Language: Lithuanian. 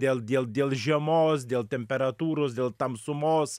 dėl dėl dėl žiemos dėl temperatūros dėl tamsumos